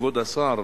כבוד השר,